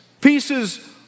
pieces